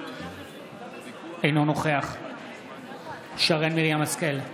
אינו נוכח שרן מרים השכל,